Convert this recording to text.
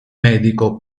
medico